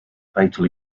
fatal